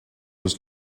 was